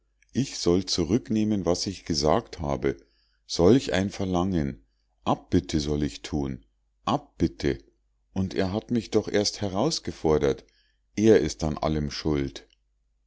ich soll zurücknehmen was ich gesagt habe solch ein verlangen abbitte soll ich thun abbitte und er hat mich doch erst herausgefordert er ist an allem schuld